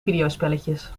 videospelletjes